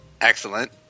Excellent